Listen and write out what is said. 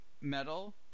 metal